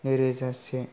नैरोजा से